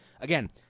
Again